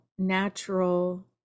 natural